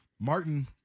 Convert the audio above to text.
martin